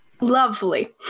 Lovely